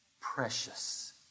precious